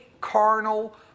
carnal